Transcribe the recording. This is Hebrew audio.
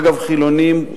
אגב חילונים,